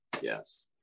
yes